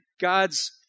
God's